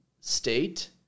state